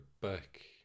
back